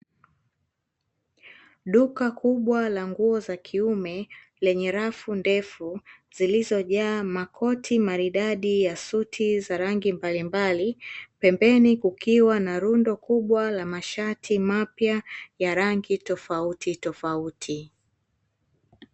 Duka kubwa la nguo za kiume, lenye rafu ndefu zilizojaa makoti maridadi ya suti za rangi mbalimbali, pembeni kukiwa na rundo kubwa la mashati mapya ya rangi tofauti tofauti.